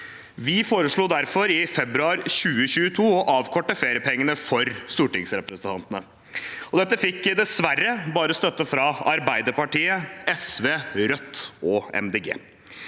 Vi foreslo derfor i februar 2022 å avkorte feriepengene for stortingsrepresentantene. Dette fikk dessverre bare støtte fra Arbeiderpartiet, SV, Rødt og